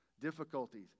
Difficulties